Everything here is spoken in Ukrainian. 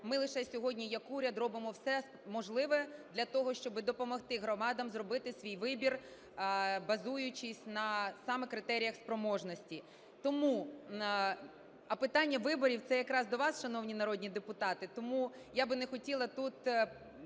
Ми лише сьогодні як уряд робимо все можливе для того, щоби допомогти громадам зробити свій вибір, базуючись на саме критеріях спроможності. Тому... а питання виборів, це якраз до вас, шановні народні депутати, тому я би не хотіла тут